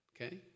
Okay